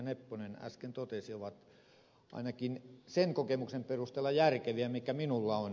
nepponen äsken totesi ovat ainakin sen kokemuksen perusteella järkeviä mikä minulla on